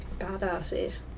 Badasses